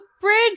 bridge